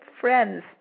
friends